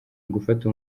ugufata